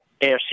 AFC